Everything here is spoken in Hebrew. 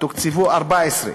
תוקצבו 14,